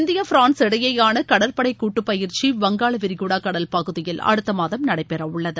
India France இடையேயான கடற்பளட கூட்டுப் பயிற்சி வங்காள விரிகுடா கடல் பகுதியில் அடுத்தமாதம் நடைபெற உள்ளது